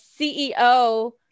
ceo